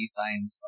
signs